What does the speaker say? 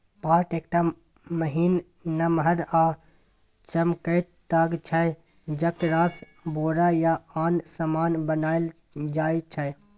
पाट एकटा महीन, नमहर आ चमकैत ताग छै जकरासँ बोरा या आन समान बनाएल जाइ छै